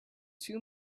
too